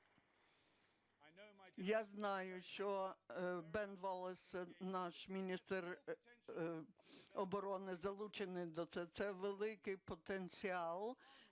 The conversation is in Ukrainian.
Я знаю, що Бен Воллес, наш міністр оборони, залучений, це великий потенціал